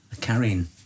carrying